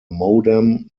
modem